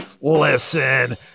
Listen